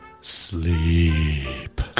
sleep